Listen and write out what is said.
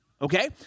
Okay